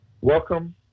Welcome